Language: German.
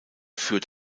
führt